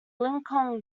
lincoln